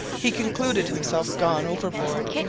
he concluded himself gone overboard.